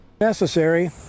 Necessary